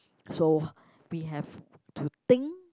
so we have to think